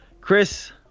Chris